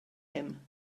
him